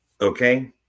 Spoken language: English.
Okay